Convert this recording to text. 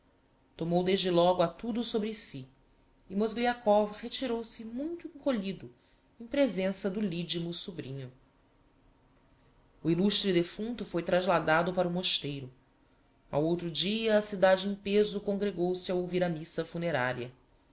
tomou desde logo a tudo sobre si e mozgliakov retirou-se muito encolhido em presença do lidimo sobrinho o illustre defunto foi trasladado para o mosteiro ao outro dia a cidade em peso congregou-se a ouvir a missa funeraria